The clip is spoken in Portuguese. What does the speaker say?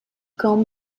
cão